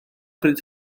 bryd